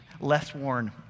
less-worn